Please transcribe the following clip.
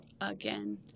again